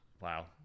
wow